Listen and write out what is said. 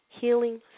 healing